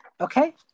Okay